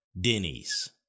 Denny's